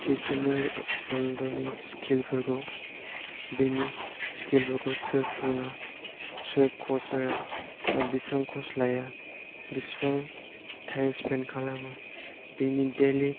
Cristiano Ronaldo नि स्किलफोरखौ बिनि स्किलफोरखौ सोर फोरोङा सोर कच होआ आरो बेसेबां कच लाया बेसेबां टाइम स्पेन्ट खालामा बिनि डैलि